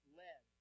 led